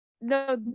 No